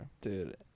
Dude